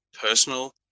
personal